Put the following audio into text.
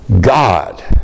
God